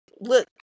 Look